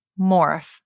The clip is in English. morph